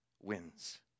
wins